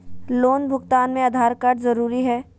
Loan भुगतान में Aadhaar card जरूरी है?